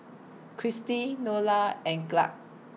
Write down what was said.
Kristi Nola and Clarke